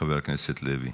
חבר הכנסת לוי.